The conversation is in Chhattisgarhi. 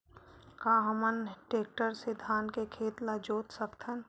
का हमन टेक्टर से धान के खेत ल जोत सकथन?